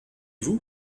vous